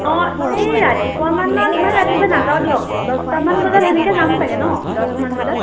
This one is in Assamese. অঁ এই ৰাতিপুৱা মানত ইমান ৰাতিপুৱা নাযাওঁ দিয়ক দহটামান বজাত সেনেকে যাম চাগে ন দহমান বজাত